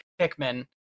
Pikmin